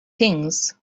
things